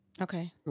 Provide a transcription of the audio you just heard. Okay